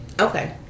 okay